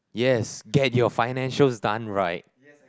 yes get your financials done right